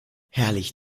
herrlich